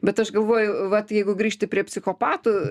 bet aš galvoju vat jeigu grįžti prie psichopatų